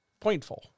Pointful